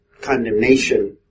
condemnation